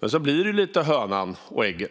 Men så blir det lite som hönan och ägget.